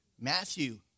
Matthew